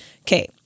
okay